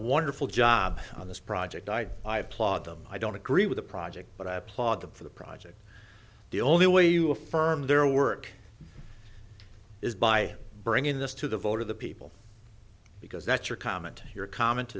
wonderful job on this project i i applaud them i don't agree with the project but i applaud them for the prop the only way you affirm their work is by bringing this to the vote of the people because that's your comment your comment